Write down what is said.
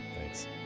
Thanks